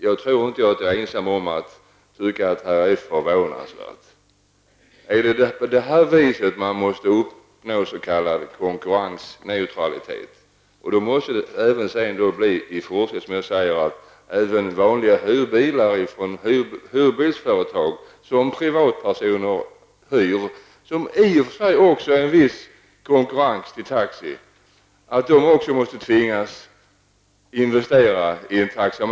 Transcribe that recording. Jag tror inte att jag är ensam om att tycka att det är förvånansvärt. Är det på det här viset man måste uppnå s.k. konkurrensneutralitet? Då måste det ju i fortsättningen även bli så att man på hyrbilsföretagen tvingas investera i taxametrar som aldrig används för de vanliga hyrbilar som privatpersoner hyr; det är ju också i viss mån en konkurrens till Taxi.